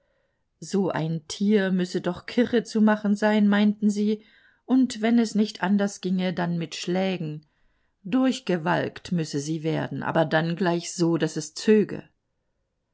so ein tier müsse doch kirre zu machen sein meinten sie und wenn es nicht anders ginge denn mit schlägen durchgewalkt müsse sie werden aber dann gleich so daß es zöge